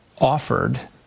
offered